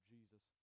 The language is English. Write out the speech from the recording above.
Jesus